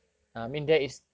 mm